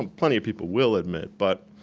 and plenty of people will admit, but